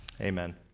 amen